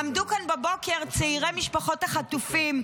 עמדו כאן בבוקר צעירי משפחות החטופים,